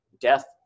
death